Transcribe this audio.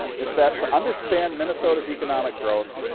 is that to understand minnesota's economic growth,